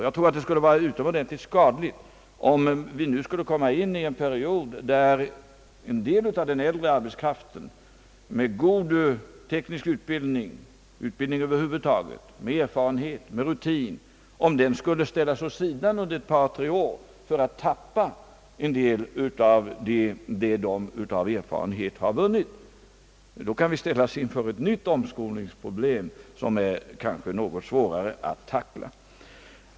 Jag tror att det skulle vara utomordentligt skadligt om vi nu skulle komma in i en period, där äldre arbetskraft med god teknisk utbildning och god underbyggnad över huvud taget, med erfarenhet och med rutin skulle komma att ställas åt sidan under ett par, tre år, varvid den skulle förlora en del av den erfarenhet den vunnit. Då skulle vi kunna ställas inför ett nytt omskolningsproblem, som kanske blir något svårare att angripa.